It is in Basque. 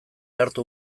arto